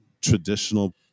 traditional